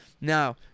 now